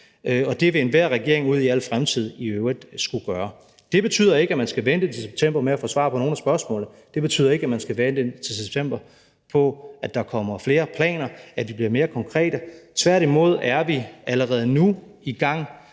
og det vil enhver regering ud i al fremtid i øvrigt skulle gøre. Det betyder ikke, at man skal vente til september med at få svar på nogen af spørgsmålene; det betyder ikke, at man skal vente indtil september på, at der kommer flere planer, at de bliver mere konkrete. Tværtimod er vi allerede nu i gang